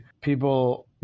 people